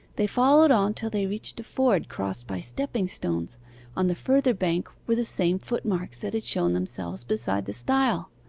they followed on till they reached a ford crossed by stepping-stones on the further bank were the same footmarks that had shown themselves beside the stile.